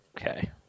Okay